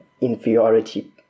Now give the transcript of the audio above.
inferiority